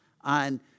on